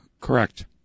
Correct